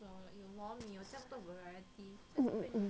mm